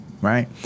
right